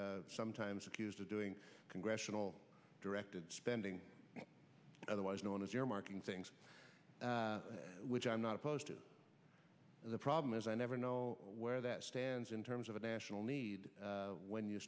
sometimes accused of doing congressional directed spending otherwise known as earmarking things which i'm not opposed to the problem is i never know where that stands in terms of a national need when you